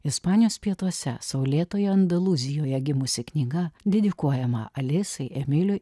ispanijos pietuose saulėtoje andalūzijoje gimusi knyga dedikuojama alisai emiliui